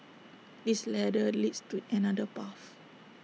this ladder leads to another path